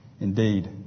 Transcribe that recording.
Indeed